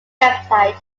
website